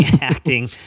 acting